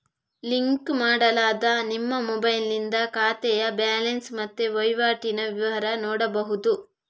link ಮಾಡಲಾದ ನಿಮ್ಮ ಮೊಬೈಲಿನಿಂದ ಖಾತೆಯ ಬ್ಯಾಲೆನ್ಸ್ ಮತ್ತೆ ವೈವಾಟಿನ ವಿವರ ನೋಡ್ಬಹುದು